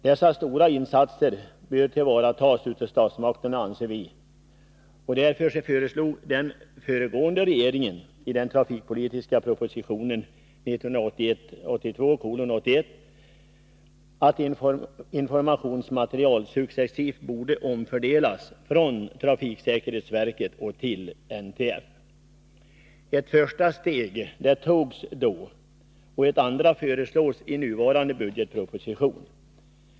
Dessa stora insatser bör, enligt vår mening, stödjas av statsmakterna. Den föregående regeringen föreslog också i den trafikpolitiska propositionen 1981/82:81 att informationsmaterial successivt borde omfördelas från trafiksäkerhetsverket till NTF. Ett första steg togs då och ett andra steg föreslås i den föreliggande budgetpropositionen.